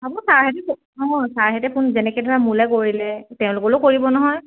হ'ব ছাৰহঁতে অঁ ছাহহঁতে ফোন যেনেকৈ ধৰা মোলৈ কৰিলে তেওঁলোকলেও কৰিব নহয়